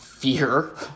fear